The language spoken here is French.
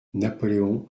napoléon